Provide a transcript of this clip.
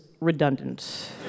redundant